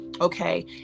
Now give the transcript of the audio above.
Okay